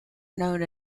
known